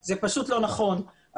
זה פשוט לא נכון.